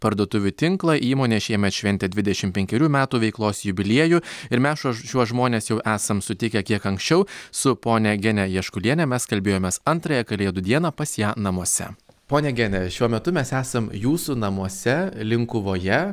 parduotuvių tinklą įmonė šiemet šventė dvidešim penkerių metų veiklos jubiliejų ir mes šu šiuos žmones jau esam sutikę kiek anksčiau su ponia gene jaškuliene mes kalbėjomės antrąją kalėdų dieną pas ją namuose ponia gene šiuo metu mes esam jūsų namuose linkuvoje